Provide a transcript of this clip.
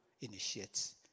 initiates